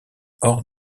hors